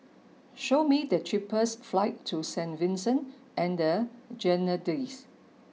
show me the cheapest flights to Saint Vincent and the Grenadines